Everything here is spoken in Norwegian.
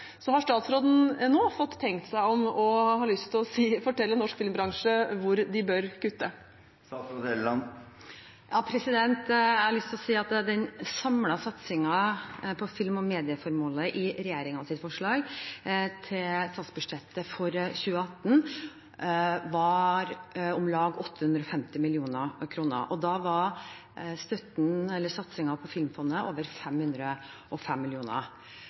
så store kutt i en bransje som allerede er presset, også har tenkt noe over hvorfor dette kuttet er berettiget, og hvordan man skal løse det. Har statsråden nå fått tenkt seg om, og har hun lyst til å fortelle norsk filmbransje hvor de bør kutte? Jeg har lyst til å si at den samlede satsingen på film- og medieområdet i regjeringens forslag til statsbudsjett for 2018 var om lag 850 mill. kr, og